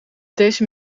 deze